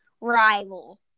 rival